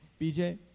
Bj